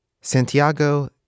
Santiago